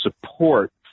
support